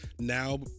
now